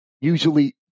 usually